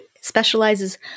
specializes